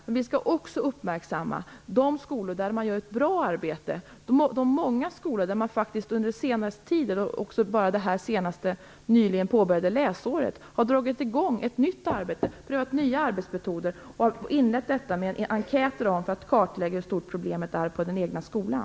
Men vi skall också uppmärksamma de skolor där man gör ett bra arbete, de många skolor där man faktiskt under den senaste tiden, under det nyligen påbörjade läsåret har dragit i gång ett nytt arbete. Man har prövat nya arbetsmetoder och inlett detta med enkäter för att kartlägga hur stort problemet är på den egna skolan.